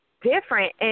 different